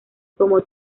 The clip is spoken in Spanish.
como